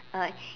or like